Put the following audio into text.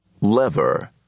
lever